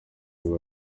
kanye